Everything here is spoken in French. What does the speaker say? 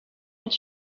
ont